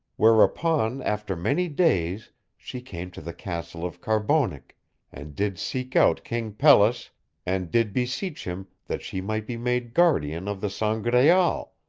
whereupon after many days she came to the castle of carbonek and did seek out king pelles and did beseech him that she might be made guardian of the sangraal,